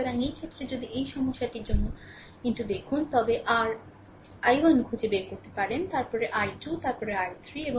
সুতরাং এই ক্ষেত্রে যদি এই সমস্যাটির জন্য দেখুন তবে r i1 খুঁজে বের করতে হবে তারপরে i2 তারপরে i3